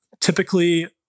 Typically